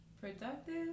Productive